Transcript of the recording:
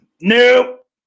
nope